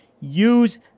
Use